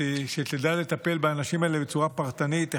שתדע לטפל באנשים האלה בצורה פרטנית,